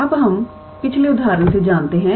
अब हम पिछले उदाहरण से जानते हैं